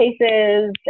cases